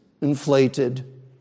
inflated